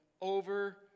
over